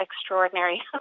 extraordinary